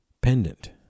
pendant